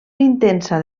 intensa